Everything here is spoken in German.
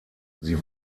sie